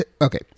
okay